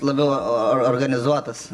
labiau or or organizuotas